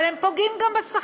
אבל הם פוגעים גם בשחקנים.